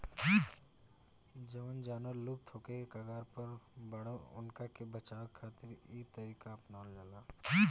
जवन जानवर लुप्त होखे के कगार पर बाड़न उनका के बचावे खातिर इ तरीका अपनावल जाता